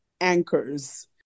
anchors